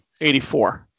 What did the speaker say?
84